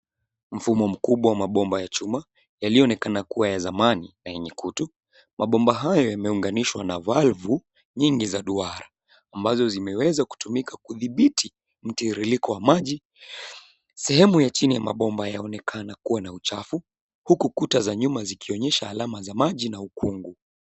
Mfumo mkubwa ya mabomba ya chuma yalioonekana kuwa ya zamani na yenye kutu. Mabomba hayo yameunganishwa na valvu nyingi za duara ambazo zimeweza kudhibiti mtiririko wa maji. Sehemu ya chini ya mabomba yaonekana kuwa na uchafu huku kuta za nyuma zikionyesha alama za maji na ukungu.